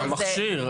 המכשיר.